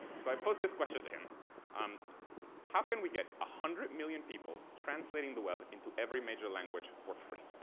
so i posed this question to him um how can we get one ah hundred million people translating the web into every major language for free?